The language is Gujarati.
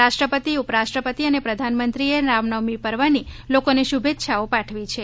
રાષ્ટ્રપપિત ઉપરાષ્ટ્રવપતિ અને પ્રધાનમંત્રીએ રામનવમી પર્વની લોકોને શુભેચ્છાઓ પાઠવી છે